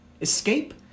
Escape